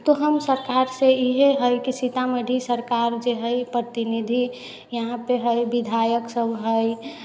तऽ हम सरकारसँ इएह हइ कि सीतामढ़ी सरकार जे हइ प्रतिनिधि यहाँपर हइ विधायकसभ है